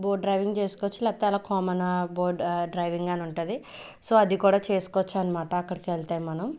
boat driving చేస్కోవచ్చు లేకపోతే అలా కామనా బోట్ డ్రైవింగ్ అని ఉంటుంది సో అది కూడా చేస్కోవచ్చన్నమాట అక్కడికెళ్తే మనం